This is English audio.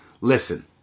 listen